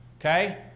Okay